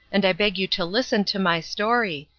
and i beg you to listen to my story,